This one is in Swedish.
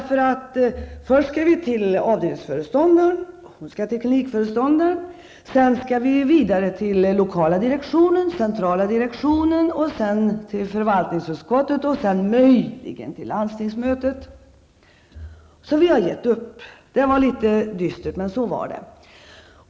Först skall vi till avdelningsföreståndaren, hon skall till klinikföreståndaren, sen skall man vidare till lokala direktionen, sedan centrala direktionen, till förvaltningsutskottet och möjligen till landstingsmötet. Så vi har gett upp.'' Det var litet dystert, men så var det.